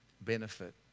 benefit